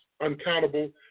uncountable